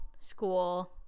school